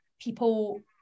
people